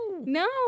No